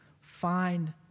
find